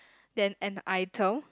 than an item